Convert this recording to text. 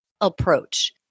approach